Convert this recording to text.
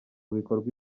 bikorwa